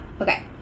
Okay